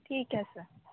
ਠੀਕ ਹੈ ਸਰ